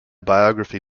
biography